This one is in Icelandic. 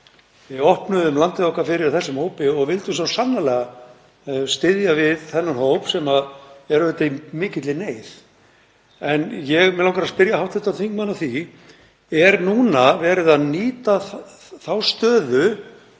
Við opnuðum landið okkar fyrir þessum hóp og vildum svo sannarlega styðja við þennan hóp sem er í mikilli neyð. Mig langar að spyrja hv. þingmann að því: Er núna verið að nýta þá stöðu